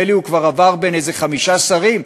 נדמה לי שהוא כבר עבר בין איזה חמישה שרים,